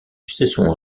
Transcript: cesson